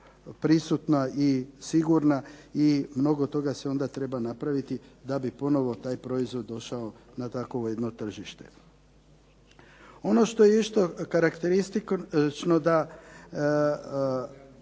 prisutna i sigurna i mnogo toga se onda treba napraviti da bi ponovo taj proizvod došao na takovo jedno tržište. Ono što je isto karakteristično da